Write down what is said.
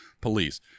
police